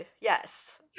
Yes